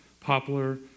poplar